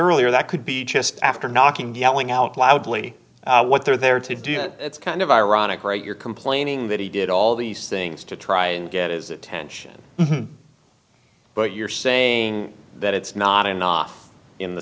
earlier that could be just after knocking yelling out loudly what they're there to do it's kind of ironic right you're complaining that he did all these things to try and get is that tension but you're saying that it's not enough in the